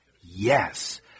Yes